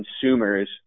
consumers